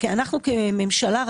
אנו כממשלה,